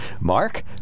Mark